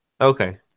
Okay